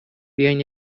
بیاین